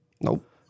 Nope